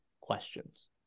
questions